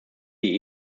die